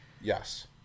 Yes